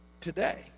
today